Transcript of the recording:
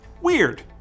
weird